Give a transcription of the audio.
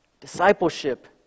Discipleship